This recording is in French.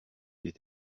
des